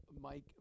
Mike